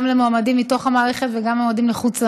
למועמדים מתוך המערכת וגם למועמדים מחוץ למערכת,